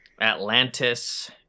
Atlantis